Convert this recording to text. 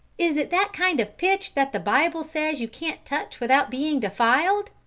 is it that kind of pitch that the bible says you can't touch without being defiled?